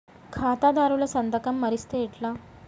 ఖాతాదారుల సంతకం మరిస్తే ఎట్లా?